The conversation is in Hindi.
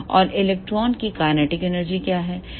और इलेक्ट्रॉन की काइनेटिक एनर्जी क्या है